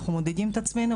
אנחנו מודדים את עצמנו,